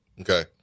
okay